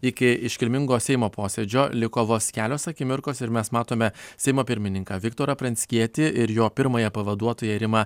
iki iškilmingo seimo posėdžio liko vos kelios akimirkos ir mes matome seimo pirmininką viktorą pranckietį ir jo pirmąją pavaduotoją rimą